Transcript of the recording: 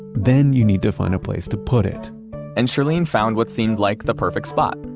then you need to find a place to put it and shirlene found what seemed like the perfect spot,